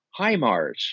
HIMARS